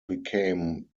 became